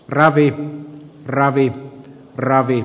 ravi ravi ravi